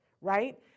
right